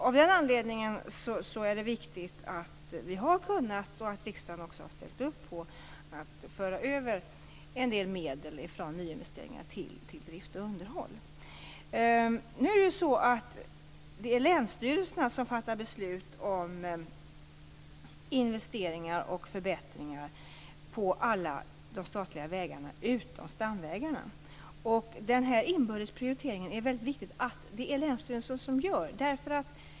Av den anledningen är det viktigt att vi har kunnat föra över en del medel från nyinvesteringar till drift och underhåll och att riksdagen också har ställt upp på detta. Nu är det så att det är länsstyrelserna som fattar beslut om investeringar och förbättringar på alla de statliga vägarna utom stamvägarna. Det är väldigt viktigt att det är länsstyrelserna som gör den här inbördes prioriteringen.